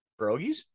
Pierogies